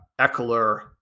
Eckler